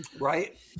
Right